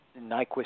Nyquist